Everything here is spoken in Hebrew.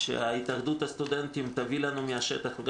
שהתאחדות הסטודנטים תביא לנו מהשטח מקרים